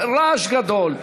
רעש גדול.